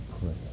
pray